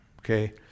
okay